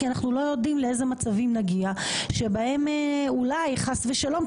כי אנחנו לא יודעים לאיזה מצבים נגיע שבהם אולי חס ושלום,